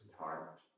heart